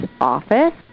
office